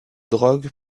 drogue